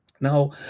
Now